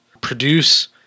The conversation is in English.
produce